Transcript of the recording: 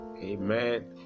Amen